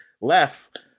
left